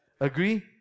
agree